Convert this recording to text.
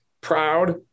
proud